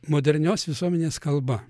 modernios visuomenės kalba